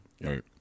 right